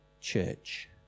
Church